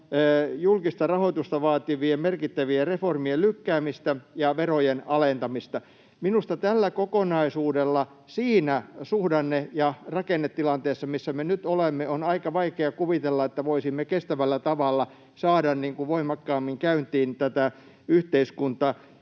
julkista rahoitusta vaativien merkittävien reformien lykkäämistä ja verojen alentamista. Minusta tällä kokonaisuudella siinä suhdanne‑ ja rakennetilanteessa, missä me nyt olemme, on aika vaikea kuvitella, että voisimme kestävällä tavalla saada voimakkaammin käyntiin tätä yhteiskuntaa.